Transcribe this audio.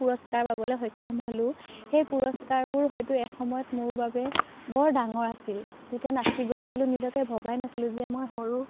পুৰস্কাৰ পাবলৈ সক্ষম হ'লোঁ সেই পুৰস্কাৰবোৰ হয়তো এসময়ত মোৰ বাবে বৰ ডাঙৰ আছিল যেতিয়া নাচি গৈ আছিলোঁ নিজকে ভবাই নাছিলোঁ যে মই সৰু